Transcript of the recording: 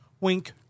wink